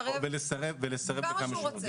לסרב לכמה שהוא --- לכמה שהוא רוצה.